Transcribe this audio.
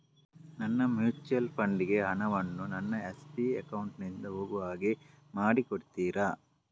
ನನ್ನ mutual fund ಗೆ ಹಣ ವನ್ನು ನನ್ನ ಎಸ್.ಬಿ ಅಕೌಂಟ್ ನಿಂದ ಹೋಗು ಹಾಗೆ ಮಾಡಿಕೊಡುತ್ತೀರಾ?